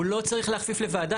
הוא לא צריך להכפיף לוועדה,